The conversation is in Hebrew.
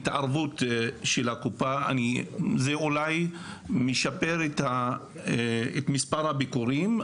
זה אולי משפר את מספר הביקורים,